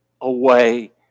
away